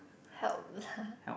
help lah